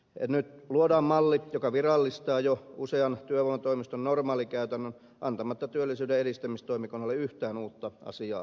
nyt luodaan malli joka virallistaa jo usean työvoimatoimiston normaalikäytännön antamatta työllisyyden edistämistoimikunnalle yhtään uutta asiaa päätettäväksi